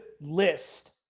list